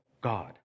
God